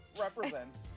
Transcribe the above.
represents